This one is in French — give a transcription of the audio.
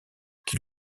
qui